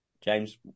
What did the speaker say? James